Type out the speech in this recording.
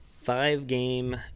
five-game